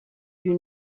you